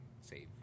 save